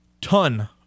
ton